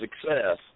success